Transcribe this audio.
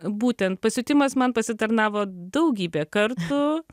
būten pasiutimas man pasitarnavo daugybę kartų